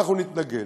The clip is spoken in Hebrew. אנחנו נתנגד,